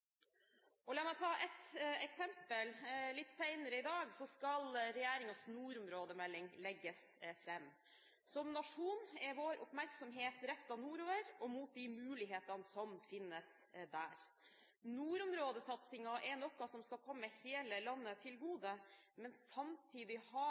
La meg ta ett eksempel: Litt senere i dag skal regjeringens nordområdemelding legges fram. Som nasjon er vår oppmerksomhet rettet nordover og mot de mulighetene som finnes der. Nordområdesatsingen er noe som skal komme hele landet til